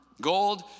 Gold